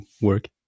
work